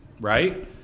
right